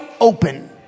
open